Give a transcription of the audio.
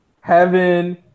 heaven